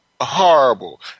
horrible